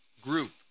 group